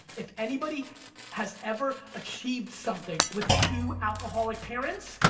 if anybody has ever achieved something with two alcoholic parents,